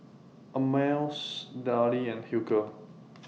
Ameltz Darlie and Hilker